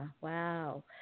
Wow